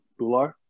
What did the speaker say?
Bular